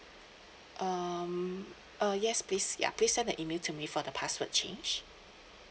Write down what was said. um uh yes please ya please send the email to me for the password change